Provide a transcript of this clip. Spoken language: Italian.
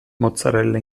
mozzarelle